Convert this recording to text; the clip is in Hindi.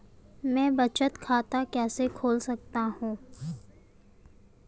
मैं बचत खाता कैसे खोल सकता हूँ?